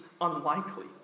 unlikely